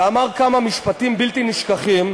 ואמר כמה משפטים בלתי נשכחים,